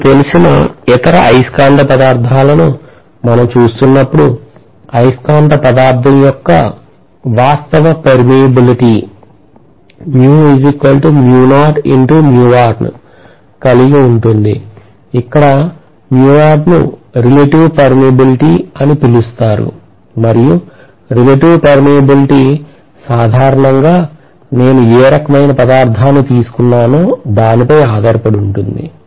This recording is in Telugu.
మీకు తెలిసిన ఇతర అయస్కాంత పదార్థాలను మనం చూస్తున్నప్పుడు అయస్కాంత పదార్థం యొక్క వాస్తవ prermeability కలిగి ఉంటుంది ఇక్కడ ను relative permeability అని పిలుస్తారు మరియు relative permeability సాధారణంగా నేను ఏ రకమైన పదార్థాన్ని తీసుకున్నానో దానిపై ఆధారపడి ఉంటుంది